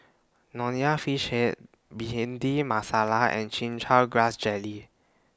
Nonya Fish Head Bhindi Masala and Chin Chow Grass Jelly